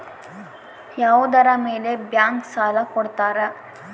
ಯಾವುದರ ಮೇಲೆ ಬ್ಯಾಂಕ್ ಸಾಲ ಕೊಡ್ತಾರ?